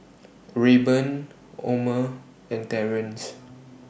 Rayburn Omer and Terence